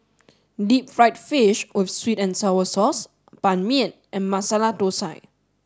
deep fried fish with sweet and sour sauce Ban Mian and Masala Thosai